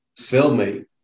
cellmate